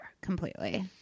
completely